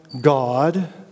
God